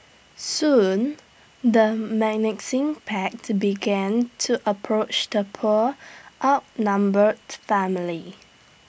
soon the menacing pack to began to approach the poor outnumbered family